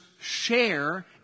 share